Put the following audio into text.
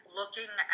looking